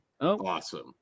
awesome